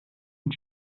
und